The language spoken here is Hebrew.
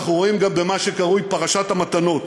אנחנו רואים גם במה שקרוי פרשת המתנות,